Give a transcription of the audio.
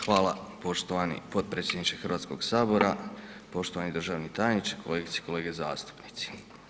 Hvala poštovani potpredsjedniče Hrvatskoga sabora, poštovani državni tajniče, kolegice i kolege zastupnici.